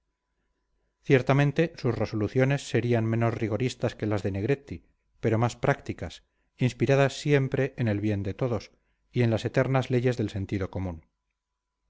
ciertamente sus resoluciones serían menos rigoristas que las de negretti pero más prácticas inspiradas siempre en el bien de todos y en las eternas leyes del sentido común